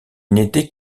n’était